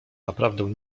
naprawdę